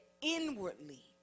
inwardly